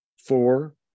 Four